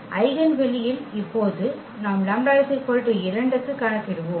eigen வெளியில் இப்போது நாம் λ 2 க்கு கணக்கிடுவோம்